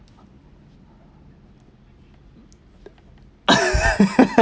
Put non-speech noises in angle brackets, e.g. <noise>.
<laughs>